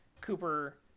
cooper